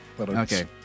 Okay